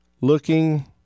looking